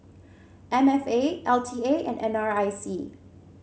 M F A L T A and N R I C